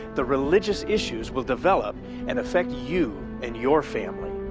the religious issues will develop and affect you and your family.